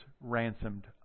ransomed